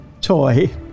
toy